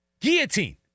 guillotine